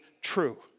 true